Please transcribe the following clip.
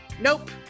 nope